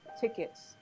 tickets